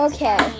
Okay